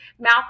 mouth